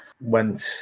went